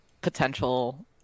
potential